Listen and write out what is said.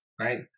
right